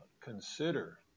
consider